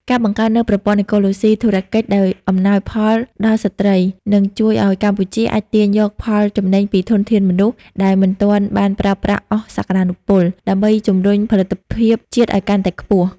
ការបង្កើតនូវប្រព័ន្ធអេកូឡូស៊ីធុរកិច្ចដែលអំណោយផលដល់ស្ត្រី នឹងជួយឱ្យកម្ពុជាអាចទាញយកផលចំណេញពីធនធានមនុស្សដែលមិនទាន់បានប្រើប្រាស់អស់សក្ដានុពល ដើម្បីជំរុញផលិតភាពជាតិឱ្យកាន់តែខ្ពស់។